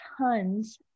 tons